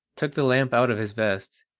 took the lamp out of his vest,